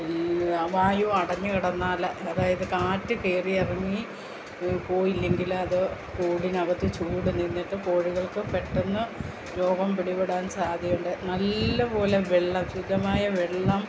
ഈ വായു അടഞ്ഞു കിടന്നാൽ അതായത് കാറ്റ് കയറി ഇറങ്ങി പോയില്ലെങ്കിൽ അതു കൂടിനകത്ത് ചൂട് നിന്നിട്ട് കോഴികൾക്ക് പെട്ടെന്ന് രോഗം പിടി പെടാൻ സാദ്ധ്യതയുണ്ട് നല്ലതു പോലെ വെള്ളം ശുദ്ധമായ വെള്ളം